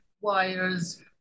wires